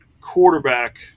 quarterback